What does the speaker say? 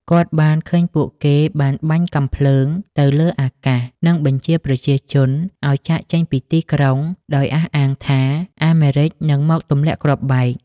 គាត់បានឃើញពួកគេបានបាញ់កាំភ្លើងទៅលើអាកាស និងបញ្ជាប្រជាជនឱ្យចាកចេញពីទីក្រុង ដោយអះអាងថាអាមេរិកាំងនឹងមកទម្លាក់គ្រាប់បែក។